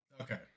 Okay